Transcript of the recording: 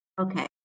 okay